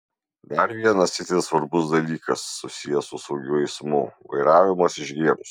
dar vienas itin svarbus dalykas susijęs su saugiu eismu vairavimas išgėrus